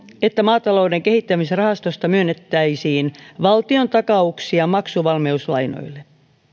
että maatalouden kehittämisrahastosta myönnettäisiin valtiontakauksia maksuvalmiuslainoille